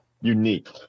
unique